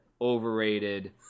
overrated